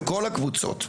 בכל הקבוצות,